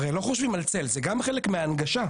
לא חושבים על צל, וזה גם חלק מההנגשה.